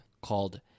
called